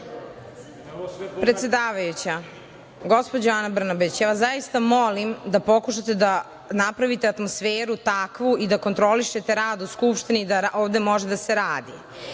Predsedavajuća, gospođo Ana Brnabić, zaista molim da pokušate da napravite atmosferu takvu i da kontrolišete rad u Skupštini da ovde može da se radi.